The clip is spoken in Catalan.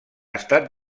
estat